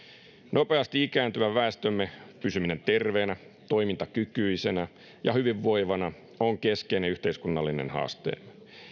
nopeasti ikääntyvän väestömme pysyminen terveenä toimintakykyisenä ja hyvinvoivana on keskeinen yhteiskunnallinen haasteemme